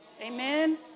Amen